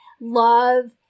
Love